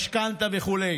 משכנתה" וכו'?